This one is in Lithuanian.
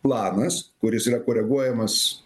planas kuris yra koreguojamas